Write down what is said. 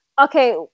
Okay